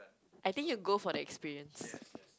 I think you'll go for the experience